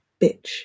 bitch